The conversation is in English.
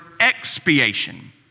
expiation